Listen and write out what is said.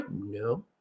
No